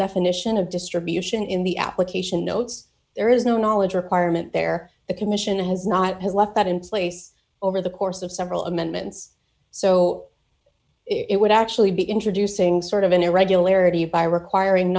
definition of distribution in the application notes there is no knowledge requirement there the commission has not has left that in place over the course of several amendments so it would actually be introducing sort of an irregularity by requiring